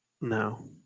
No